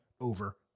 over